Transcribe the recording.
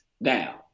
now